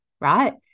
right